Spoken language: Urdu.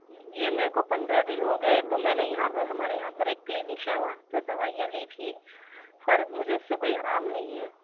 یہ میرے کو پندرہ دن ہو گئے تو میں نے یہاں پر ہمارے یہاں پر کلینک ہے وہاں سے دوائیاں لی تھی پر مجھے اس سے کوئی آرام نہیں ہے